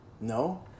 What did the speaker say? No